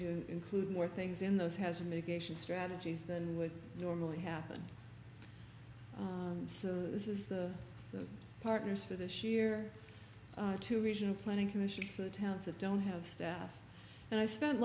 to include more things in those has a mitigation strategies than would normally happen so this is the partners for this year two regional planning commission for the towns that don't have staff and i spent